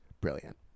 brilliant